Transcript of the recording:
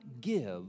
give